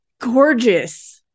gorgeous